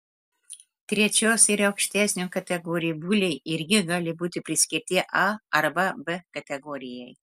trečios ir aukštesnių kategorijų buliai irgi gali būti priskirti a arba b kategorijai